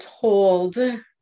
told